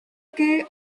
que